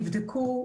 אגב,